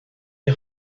est